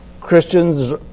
Christians